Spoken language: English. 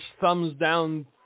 thumbs-down